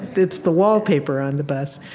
it's the wallpaper on the bus.